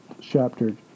chapter